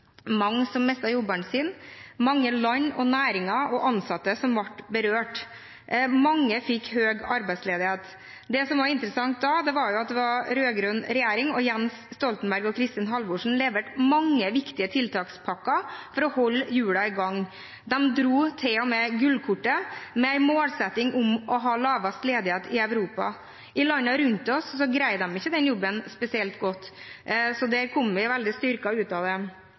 mange som mistet jobben sin, og mange land, næringer og ansatte som ble berørt. Mange fikk høy arbeidsledighet. Det som var interessant da, var at det var rød-grønn regjering, og Jens Stoltenberg og Kristin Halvorsen leverte mange viktige tiltakspakker for å holde hjulene i gang. De dro til og med gullkortet med en målsetting om å ha lavest ledighet i Europa. I landene rundt oss greide de ikke den jobben spesielt godt. Så det kom vi veldig styrket ut av.